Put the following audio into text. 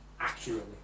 accurately